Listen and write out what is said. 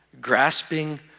grasping